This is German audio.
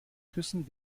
küssen